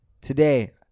today